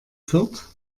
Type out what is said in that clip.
fürth